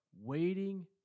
waiting